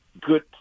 good